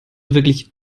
wirklich